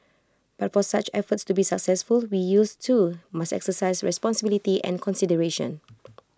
but for such efforts to be successful we youths too must exercise responsibility and consideration